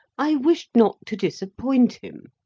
i wished not to disappoint him.